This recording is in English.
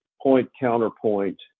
point-counterpoint